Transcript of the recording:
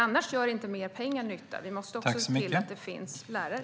Annars gör inte mer pengar nytta. Vi måste också se till att det finns fler lärare.